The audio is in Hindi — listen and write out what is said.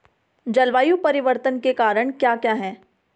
जलवायु परिवर्तन के कारण क्या क्या हैं?